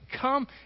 come